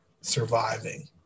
surviving